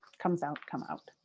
comes out, come out.